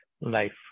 life